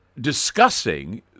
discussing